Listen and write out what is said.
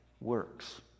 works